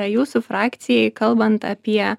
jūsų frakcijai kalbant apie